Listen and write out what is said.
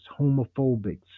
homophobic